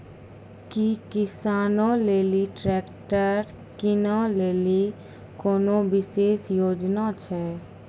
कि किसानो लेली ट्रैक्टर किनै लेली कोनो विशेष योजना छै?